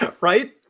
Right